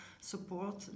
support